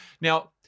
Now